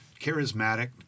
charismatic